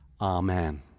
Amen